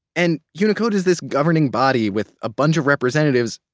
and unicode is this governing body with a bunch of representatives,